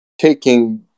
taking